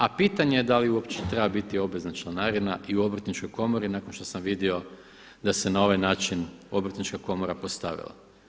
A pitanje da li uopće treba biti obvezna članarina i u Obrtničkoj komori nakon što sam vidio da se na ovaj način Obrtnička komora postavila.